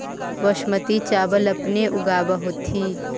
बासमती चाबल अपने ऊगाब होथिं?